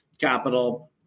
capital